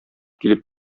килеп